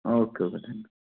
okay okay thank you